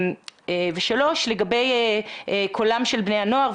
האמירה השלישית היא לגבי קולם של בני הנוער.